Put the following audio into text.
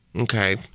Okay